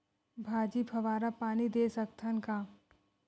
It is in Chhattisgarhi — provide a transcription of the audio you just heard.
भाजी फवारा पानी दे सकथन का?